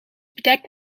bedekt